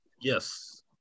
Yes